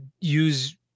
use